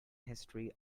history